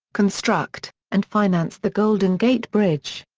construct, and finance the golden gate bridge.